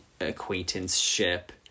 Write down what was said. acquaintanceship